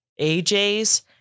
AJ's